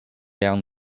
down